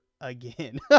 again